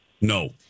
No